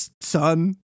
son